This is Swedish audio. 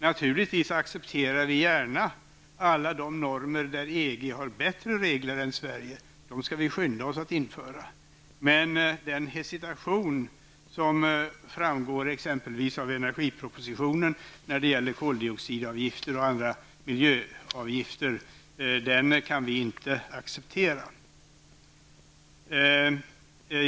Vi accepterar naturligtvis gärna alla de normer och regler i EG som är bättre än i Sverige, de skall vi skynda oss att införa. Men den hesitation när det gäller koldioxidavgifter och andra miljöavgifter som exempelvis framgår av miljöpropositionen kan vi inte acceptera.